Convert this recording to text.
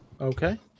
Okay